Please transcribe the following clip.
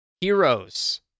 heroes